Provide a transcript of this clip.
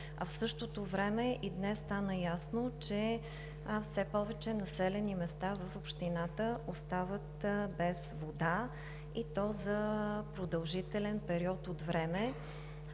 В същото време и днес стана ясно, че все повече населени места в общината остават без вода, и то за продължителен период от време.